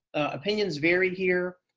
opinions vary here,